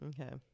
Okay